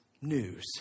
news